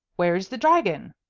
where's the dragon?